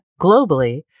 globally